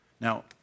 Now